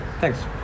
Thanks